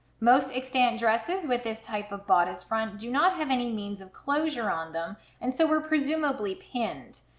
most extant dresses with this type of bodice front do not have any means of closure on them and so were presumably pinned.